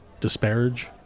disparage